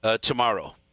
tomorrow